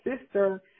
sister